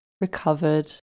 recovered